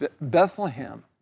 Bethlehem